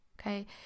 Okay